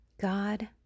god